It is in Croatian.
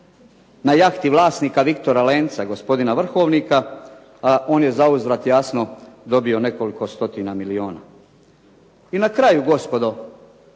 na jahti vlasnika "Viktora Lenca", gospodina Vrhovnika, a on je zauzvrat jasno dobio nekoliko stotina milijuna. I na kraju, gospodo,